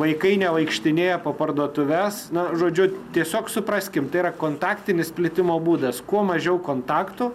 vaikai nevaikštinėja po parduotuves na žodžiu tiesiog supraskim tai yra kontaktinis plitimo būdas kuo mažiau kontaktų